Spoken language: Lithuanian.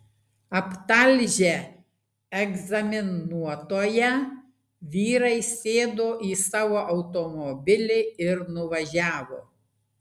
aptalžę egzaminuotoją vyrai sėdo į savo automobilį ir nuvažiavo